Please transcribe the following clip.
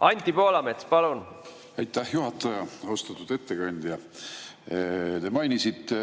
Anti Poolamets, palun! Aitäh, juhataja! Austatud ettekandja! Te mainisite